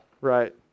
right